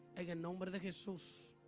ah yeah no um but like missiles